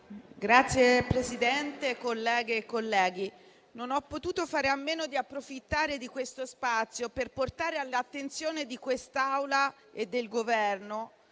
Signor Presidente, colleghe, colleghi, non ho potuto fare a meno di approfittare di questo spazio per portare all'attenzione di quest'Assemblea e del Governo